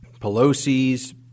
Pelosi's